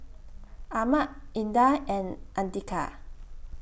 Ahmad Indah and Andika